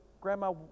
Grandma